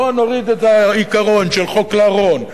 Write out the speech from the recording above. בוא נוריד את העיקרון של חוק לרון,